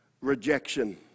rejection